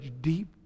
deep